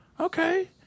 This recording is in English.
Okay